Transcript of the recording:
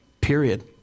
period